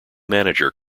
manager